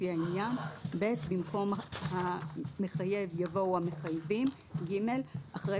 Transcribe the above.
לפי העניין,"; במקום "המחייב" יבוא "המחייבים"; (ג)אחרי